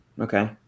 okay